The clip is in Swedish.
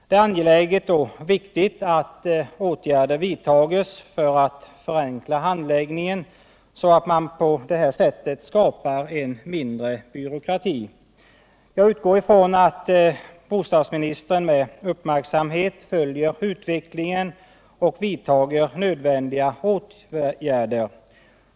Det är angeläget och viktigt att åtgärder vidtas för att förenkla handläggningen och därmed minska byråkratin. Jag utgår ifrån att bostadsministern med uppmärksamhet följer utvecklingen och vidtar nödvändiga åtgärder.